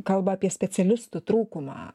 kalba apie specialistų trūkumą